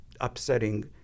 upsetting